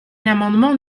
l’amendement